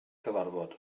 cyfarfod